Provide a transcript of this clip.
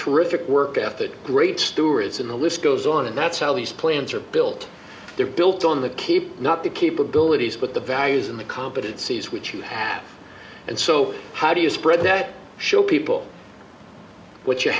terrific work at that great stewards in the list goes on and that's how these plans are built they're built on the keep not the capabilities but the values and the competencies which you have and so how do you spread that show people what you